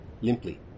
Limply